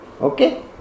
okay